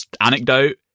anecdote